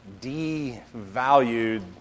devalued